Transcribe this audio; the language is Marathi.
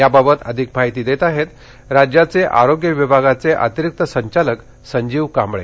याबाबत आधिक माहिती देत आहेत राज्याचे आरोग्य विभागाचे अतिरिक्त संचालक संजीव कांबळे